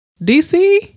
DC